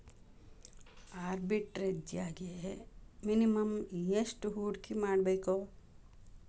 ಆರ್ಬಿಟ್ರೆಜ್ನ್ಯಾಗ್ ಮಿನಿಮಮ್ ಯೆಷ್ಟ್ ಹೂಡ್ಕಿಮಾಡ್ಬೇಕ್?